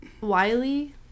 Wiley